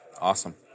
Awesome